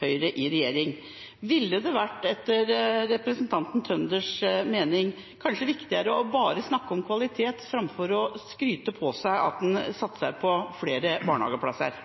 Høyre i regjering. Ville det etter representanten Tønders mening vært viktigere bare å snakke om kvalitet framfor å skryte på seg at en satser på flere barnehageplasser?